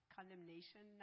condemnation